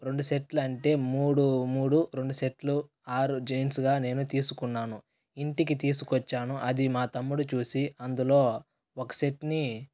రెండు సెట్లు అంటే మూడు మూడు రెండు సెట్లు ఆరు జీన్స్గా నేను తీసుకున్నాను ఇంటికి తీసుకొచ్చాను అది మా తమ్ముడు చూసి అందులో ఒక సెట్ని